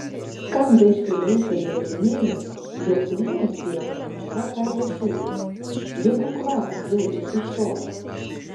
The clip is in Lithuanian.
kam gaišti laiką įrodinėjant jog blynas pievoje yra karvės šūdas jeigu kvapas jaučiasi iš tolo